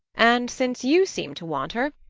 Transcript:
and since you seem to want her,